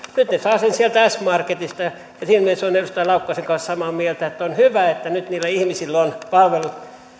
nyt he saavat ne sieltä s marketista ja siinä mielessä olen edustaja laukkasen kanssa samaa mieltä että on hyvä että nyt niillä ihmisillä on palvelut